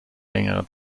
längere